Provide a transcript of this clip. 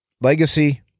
legacy